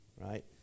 right